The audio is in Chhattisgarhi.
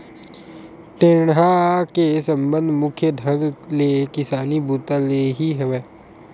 टेंड़ा के संबंध मुख्य ढंग ले किसानी बूता ले ही हवय